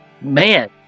man